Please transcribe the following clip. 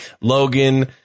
Logan